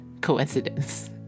coincidence